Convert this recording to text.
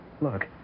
Look